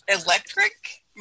electric